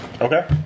Okay